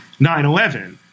9-11